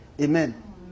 Amen